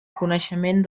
coneixement